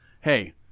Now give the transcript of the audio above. hey